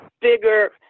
bigger